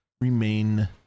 remain